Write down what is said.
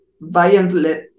violent